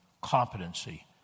competency